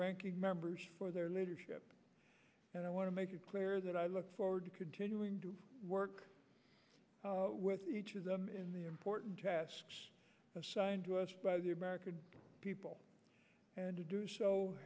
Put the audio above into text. ranking members for their leadership and i want to make it clear that i look forward to continuing to work with each of them in the important assigned to us by the american people and to do so